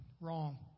Wrong